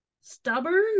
stubborn